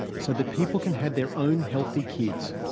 so that people can have their own healthy kids,